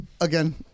again